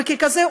וככזה,